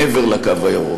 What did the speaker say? מעבר לקו הירוק.